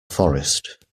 forest